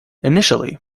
initially